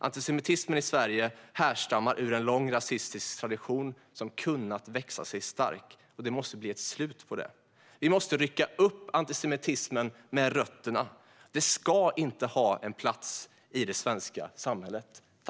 Antisemitismen i Sverige härstammar från en lång rasistisk tradition som kunnat växa sig stark, och det måste bli ett slut på den. Vi måste rycka upp antisemitismen med rötterna. Den ska inte ha en plats i det svenska samhället.